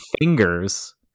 fingers